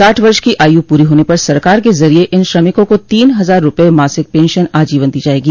साठ वर्ष की आयु पूरी होने पर सरकार के जरिये इन श्रमिकों को तीन हजार रूपये मासिक पेंशन आजीवन दी जायेगी